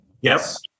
Yes